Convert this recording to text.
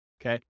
okay